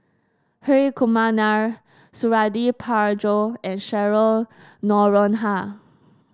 Hri Kumar Nair Suradi Parjo and Cheryl Noronha